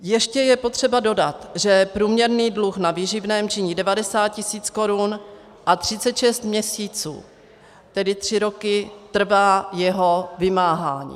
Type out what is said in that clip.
Ještě je potřeba dodat, že průměrný dluh na výživném činí 90 tis. korun a 36 měsíců, tedy tři roky, trvá jeho vymáhání.